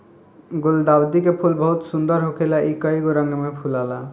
गुलदाउदी के फूल बहुत सुंदर होखेला इ कइगो रंग में फुलाला